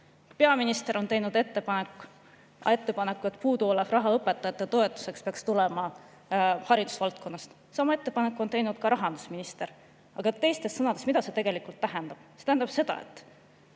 Peaminister on teinud ettepaneku, et puuduolev raha õpetajate toetuseks peaks tulema haridusvaldkonnast. Sama ettepaneku on teinud ka rahandusminister. Teiste sõnadega, mida see tegelikult tähendab? See tähendab seda, et